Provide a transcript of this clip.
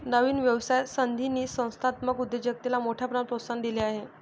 नवीन व्यवसाय संधींनी संस्थात्मक उद्योजकतेला मोठ्या प्रमाणात प्रोत्साहन दिले आहे